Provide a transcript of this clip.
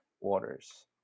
Waters